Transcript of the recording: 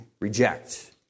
reject